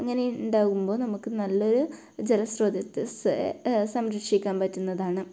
അങ്ങനെ ഉണ്ടാവുമ്പോൾ നമുക്ക് നല്ലൊരു ജെല സ്രോതത് സ്സേ സംരക്ഷിക്കാൻ പറ്റുന്നതാണ്